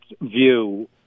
view